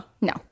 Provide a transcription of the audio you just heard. No